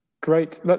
great